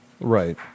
Right